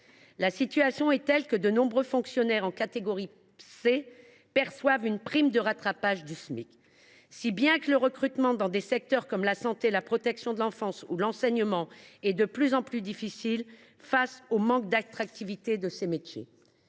La situation est telle que de nombreux fonctionnaires de catégorie C perçoivent une prime de rattrapage du Smic et que le recrutement dans des secteurs comme la santé, la protection de l’enfance ou l’enseignement devient de plus en plus difficile en raison du manque d’attractivité de ces métiers.